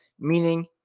meaning